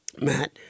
Matt